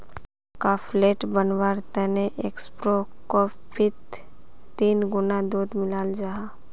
cafe latte बनवार तने espresso कोफ्फीत तीन गुणा दूध मिलाल जाहा